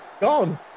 gone